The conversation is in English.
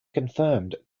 confirmed